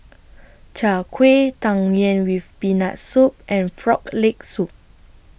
Chai Kuih Tang Yuen with Peanut Soup and Frog Leg Soup